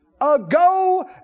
Ago